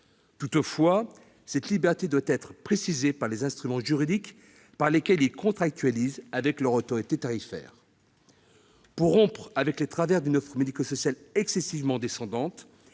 Toutefois, cette liberté doit être précisée au travers des instruments juridiques par lesquels ils contractualisent avec leur autorité tarifaire. Pour rompre avec les travers d'une offre médico-sociale excessivement descendante,